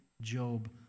Job